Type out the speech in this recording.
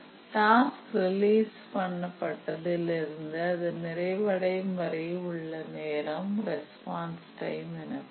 task release பண்ணப்பட்டதிலிருந்து அது நிறைவடையும் வரை உள்ள நேரம் ரெஸ்பான்ஸ் டைம் எனப்படும்